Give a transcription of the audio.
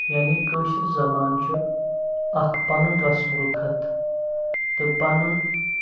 یعنی کٲشِر زبان چھُ اَکھ پَنُن رَسمُ الخط تہٕ پَنُن